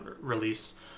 release